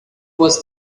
was